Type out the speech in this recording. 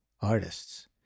artists